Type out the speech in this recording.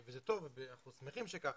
ואנחנו שמחים שככה,